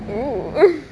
oo